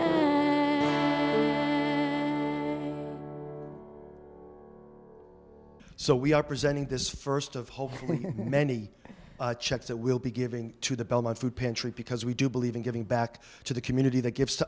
a so we are presenting this first of hopefully many checks that we'll be giving to the belmont food pantry because we do believe in giving back to the community that gives